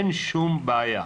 אין שום בעיה.